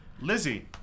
Lizzie